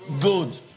good